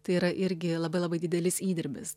tai yra irgi labai labai didelis įdirbis